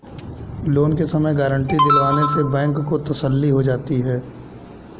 loan के समय guarantee दिलवाने से बैंक को तसल्ली हो जाती है